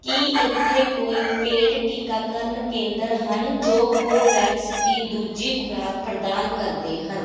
ਕੀ ਇੱਥੇ ਕੋਈ ਪੇਡ ਟੀਕਾਕਰਨ ਕੇਂਦਰ ਹਨ ਜੋ ਕੋਵੈਕਸ ਦੀ ਦੂਜੀ ਖੁਰਾਕ ਪ੍ਰਦਾਨ ਕਰਦੇ ਹਨ